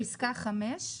פיסקה (5)